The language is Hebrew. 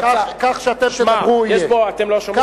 שמע, אתם לא שומעים טוב?